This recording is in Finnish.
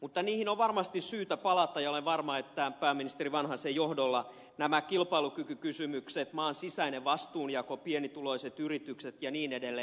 mutta niihin on varmasti syytä palata ja olen varma että pääministeri vanhasen johdolla nämä kilpailukykykysymykset maan sisäinen vastuunjako pienituloiset yritykset ja niin edelleen